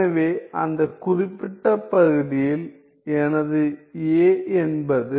எனவே அந்தக் குறிப்பிட்ட பகுதியில் எனது a என்பது